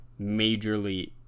majorly